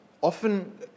often